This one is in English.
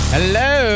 Hello